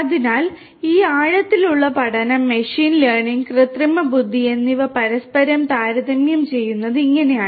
അതിനാൽ ഈ ആഴത്തിലുള്ള പഠനം മെഷീൻ ലേണിംഗ് കൃത്രിമ ബുദ്ധി എന്നിവ പരസ്പരം താരതമ്യം ചെയ്യുന്നത് ഇങ്ങനെയാണ്